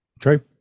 true